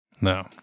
No